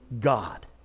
God